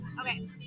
Okay